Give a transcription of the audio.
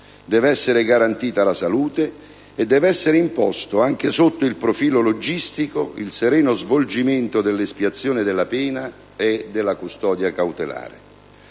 deve essere garantita la salute e deve essere imposto, anche sotto il profilo logistico, il sereno svolgimento dell'espiazione della pena e della custodia cautelare.